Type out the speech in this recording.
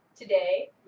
today